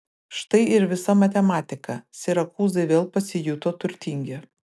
štai ir visa matematika sirakūzai vėl pasijuto turtingi